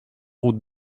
route